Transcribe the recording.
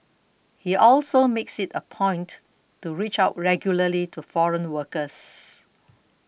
he also makes it a point to reach out regularly to foreign workers